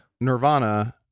Nirvana